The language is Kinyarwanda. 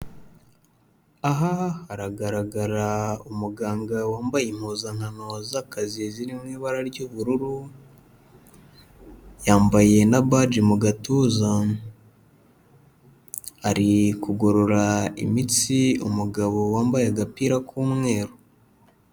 Aha haragaragara umuganga wambaye impuzankano z'akazi ziri mu ibara ry'ubururu, yambaye na baji mu gatuza. Ari kugorora imitsi umugabo wambaye agapira k'umweru.